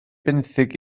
benthyg